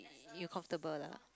you comfortable lah